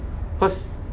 cause